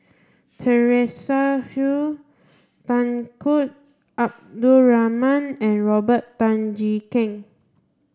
Teresa Hsu Tunku Abdul Rahman and Robert Tan Jee Keng